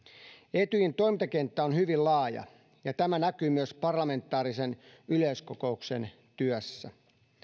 etyjin toimintakenttä on hyvin laaja ja tämä näkyy myös parlamentaarisen yleiskokouksen työssä